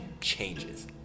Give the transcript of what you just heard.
changes